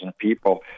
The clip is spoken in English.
people